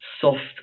soft